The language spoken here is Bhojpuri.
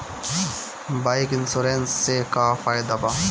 बाइक इन्शुरन्स से का फायदा बा?